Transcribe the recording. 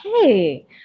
hey